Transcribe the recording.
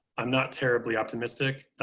i'm not terribly optimistic.